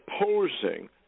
opposing